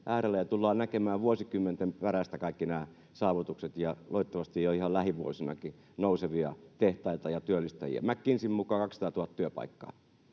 tullaan näkemään vuosikymmenten perästä kaikki nämä saavutukset ja toivottavasti jo ihan lähivuosinakin nousevia tehtaita ja työllistäjiä. McKinseyn mukaan 200 000 työpaikkaa.